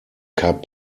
cup